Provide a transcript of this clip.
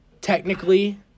technically